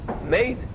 made